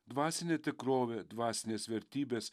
dvasinė tikrovė dvasinės vertybės